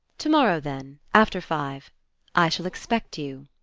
tomorrow, then, after five i shall expect you,